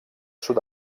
sud